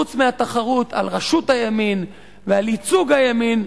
חוץ מהתחרות על ראשות הימין ועל ייצוג הימין,